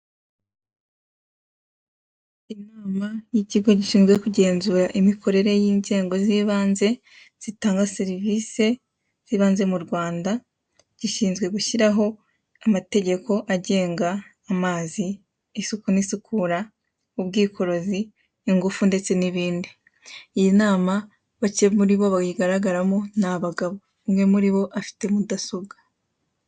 Inama y'ikigo gishizwe kugenzura imikorere y'inzego z'ibanze zitanga serivise zibanze mu Rwanda, gishinzwe gushyiraho amategeko agenga amazi, isuku n'isukura, ubwikorozi, ingufu ndetse n'ibindi. Iyi nama bake muri bo bayigaragaramo ni abagabo. Umwe muri bo afite mudasobwa.